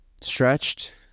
stretched